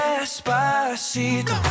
Despacito